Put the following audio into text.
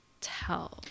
tell